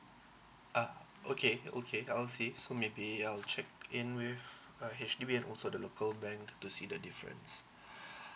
uh okay okay I will see so maybe I'll check in with uh H_D_B and also the local bank to see the difference